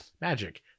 magic